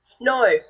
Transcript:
No